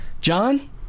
John